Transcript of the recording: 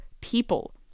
people